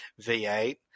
V8